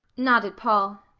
nodded paul.